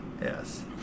Yes